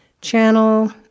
channel